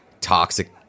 toxic